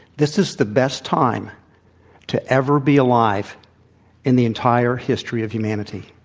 this is the best time to ever be alive in the entire history of humanity.